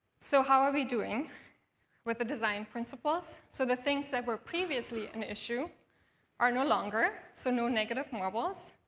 so how are we doing with the design principles? so the things that were previously an issue are no longer, so negative marbles.